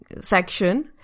section